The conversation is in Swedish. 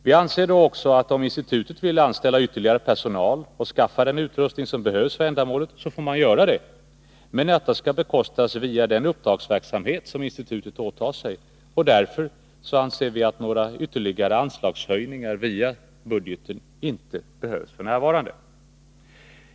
Vi anser då också att om institutet vill anställa ytterligare personal och skaffa den utrustning som behövs för ändamålet, så får man göra det, men detta skall bekostas via den uppdragsverksamhet som institutet åtar sig. Och därför anser vi att några anslagshöjningar via statsbudgeten inte behövs f. n.